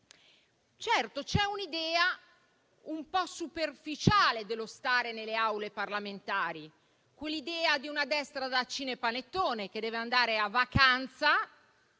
Certo, c'è un'idea un po' superficiale di come stare nelle Aule parlamentari; quell'idea di una destra da cinepanettone, che deve andare in vacanza